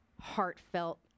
heartfelt